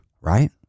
right